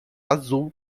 azul